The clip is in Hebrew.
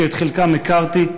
שאת חלקם הכרתי,